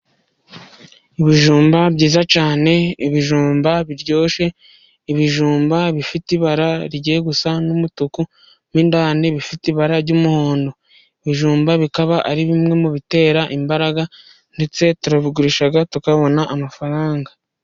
Ibijumba byiza cyane, ibijumba biryoshye, ibijumba bifite ibara rigiye gusa nk'umutuku mo indani bifite ibara ry'umuhondo, ibijumba bikaba ari bimwe mu bitera imbaraga ndetse turabigurisha, tukabona amafaranga.